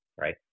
right